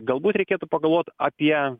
galbūt reikėtų pagalvoti apie